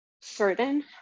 certain